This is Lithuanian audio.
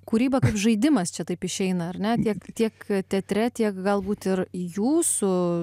kūryba kaip žaidimas čia taip išeina ar ne tiek tiek teatre tiek galbūt ir jūsų